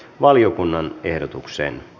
valiokunnan ehdotuksena